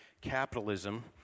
capitalism